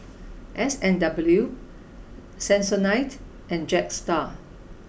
S and W Sensodyne and Jetstar